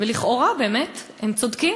ולכאורה הם באמת צודקים,